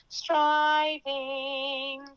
striving